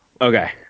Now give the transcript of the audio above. Okay